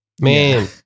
Man